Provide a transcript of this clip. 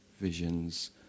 visions